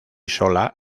sola